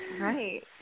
Right